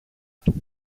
του